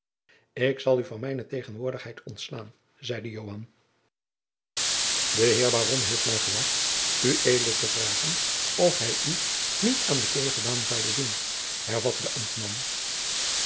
ik zal u van mijne tegenwoordigheid ontslaan zeide joan de heer baron heeft mij gelast ued te vragen of hij u niet aan de kegelbaan zoude zien hervatte de